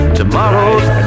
tomorrow's